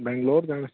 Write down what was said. ਬੈਂਗਲੋਰ ਜਾਣਾ